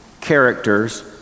characters